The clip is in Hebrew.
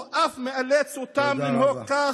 הוא אף מאלץ אותם לנהוג כך,